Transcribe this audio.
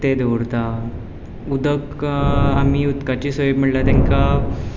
ते दवरता उदक आमी उदकाची सोय म्हणल्या तांकां